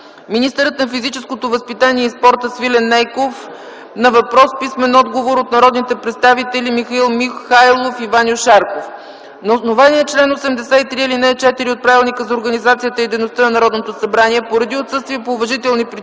Министърът на физическото възпитание и спорта Свилен Нейков е поискал отлагане на въпрос с писмен отговор от народните представители Михаил Михайлов и Ваньо Шарков. На основание чл. 83, ал. 4 от Правилника за организацията и дейността на Народното събрание поради отсъствие по уважителни причини